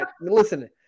Listen